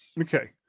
Okay